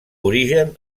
origen